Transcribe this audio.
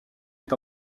est